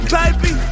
baby